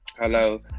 Hello